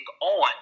on